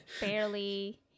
barely